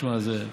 תשמע, זה,